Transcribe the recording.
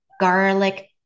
garlic